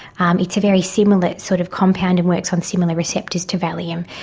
um it's a very similar sort of compound and works on similar receptors to valium.